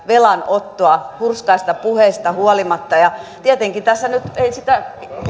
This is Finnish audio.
velanottoa hurskaista puheista huolimatta ja tietenkään tässä nyt ei sitä